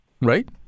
right